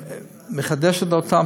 ומחדשת אותם,